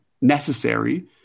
necessary